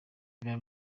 biba